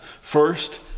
First